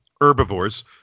herbivores